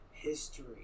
history